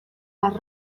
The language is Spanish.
las